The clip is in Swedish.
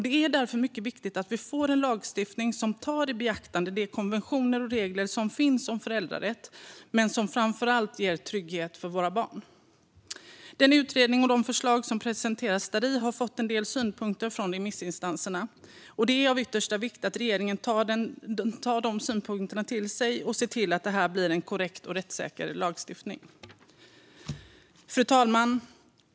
Det är därför mycket viktigt att vi får en lagstiftning som beaktar de konventioner och regler som finns om föräldrarätt men som framför allt ger trygghet för våra barn. Denna utredning och de förslag som presenteras däri har fått en del synpunkter från remissinstanserna. Det är av yttersta vikt att regeringen tar till sig dessa synpunkter och ser till att det här blir en korrekt och rättssäker lagstiftning. Fru talman!